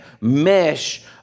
mesh